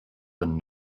than